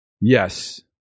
Yes